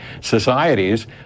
societies